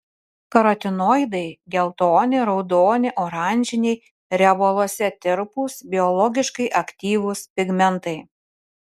karotinoidai geltoni raudoni oranžiniai riebaluose tirpūs biologiškai aktyvūs pigmentai